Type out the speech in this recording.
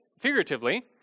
figuratively